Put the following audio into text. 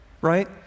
right